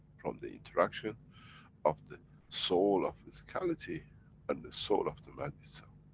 from the interaction of the soul of physicality and the soul of the man itself.